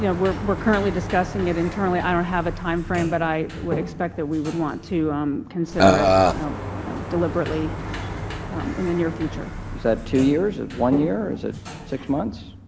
yeah we're we're currently discussing it internally. i don't have a time frame, but i would expect we would want to um consider it deliberately in the near future. is that two years, one year, is it six months?